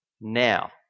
now